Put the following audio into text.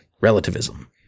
relativism